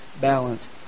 balance